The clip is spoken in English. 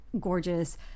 gorgeous